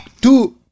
tout